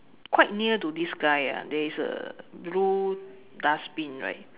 quite near to this guy ah there's a blue dustbin right